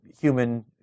human